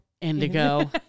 Indigo